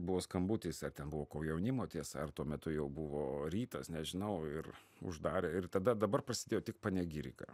buvo skambutis ar ten buvo komjaunimo tiesa ar tuo metu jau buvo rytas nežinau ir uždarė ir tada dabar prasidėjo tik panegirika